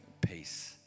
peace